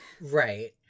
Right